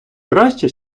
краще